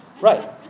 right